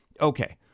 Okay